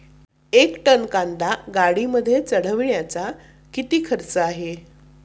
एक टन कांदा गाडीमध्ये चढवण्यासाठीचा किती खर्च आहे?